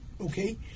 okay